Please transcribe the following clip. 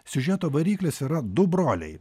siužeto variklis yra du broliai